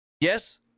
Yes